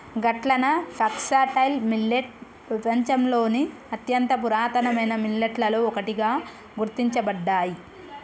గట్లన foxtail millet పెపంచంలోని అత్యంత పురాతనమైన మిల్లెట్లలో ఒకటిగా గుర్తించబడ్డాయి